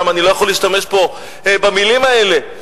ואני לא יכול להשתמש פה במלים האלה.